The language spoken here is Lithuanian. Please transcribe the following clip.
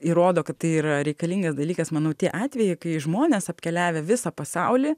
įrodo kad tai yra reikalingas dalykas manau tie atvejai kai žmonės apkeliavę visą pasaulį